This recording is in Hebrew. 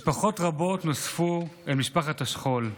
משפחות רבות נוספו אל משפחת השכול.